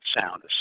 sound